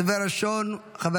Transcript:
הדובר הראשון, חבר